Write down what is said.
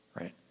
Right